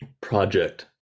project